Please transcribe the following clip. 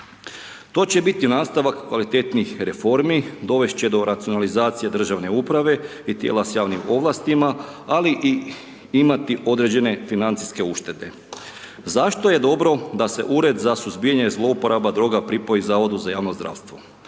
To će biti nastavak kvalitetnijih reformi, dovest će do racionalizacije državne uprave i tijela s javnim ovlastima ali i imati određene financijske uštede. Zašto je dobro da se Ured za suzbijanje zlouporaba droga pripoji Zavodu za javno zdravstvo?